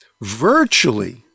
virtually